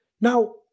Now